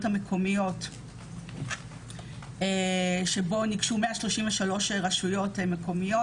המקומיות שבו ניגשו 133 רשויות מקומיות,